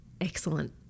excellent